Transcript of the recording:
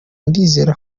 ndizera